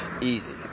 Easy